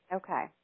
okay